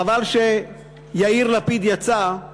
חבל שיאיר לפיד יצא.